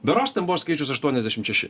berods ten skaičius aštuoniasdešim šeši